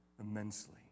immensely